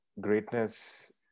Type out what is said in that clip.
greatness